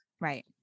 right